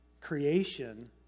creation